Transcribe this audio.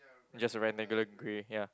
just a rectangular grey ya